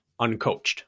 uncoached